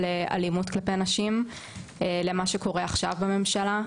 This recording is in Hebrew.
אלימות כלפי נשים למה שקורה עכשיו בממשלה,